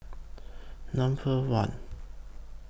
Number one